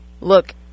look